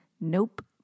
nope